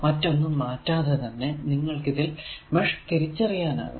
മറ്റൊന്നും മാറ്റാതെ തന്നെ നിങ്ങൾക്കിതിൽ മെഷ് തിരിച്ചറിയാനാകും